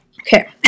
Okay